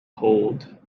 hold